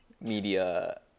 media